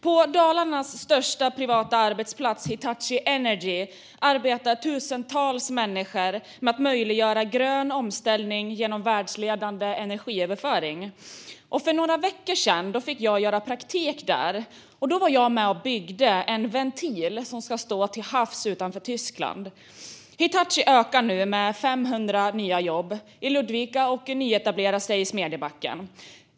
På Dalarnas största privata arbetsplats Hitachi Energy arbetar tusentals människor med att möjliggöra grön omställning genom världsledande energiöverföring. För några veckor sedan fick jag göra praktik där, och då var jag med och byggde en ventil som ska stå till havs utanför Tyskland. Hitachi utökar nu med 500 nya jobb i Ludvika och nyetablerar sig i Smedjebacken.